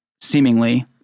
seemingly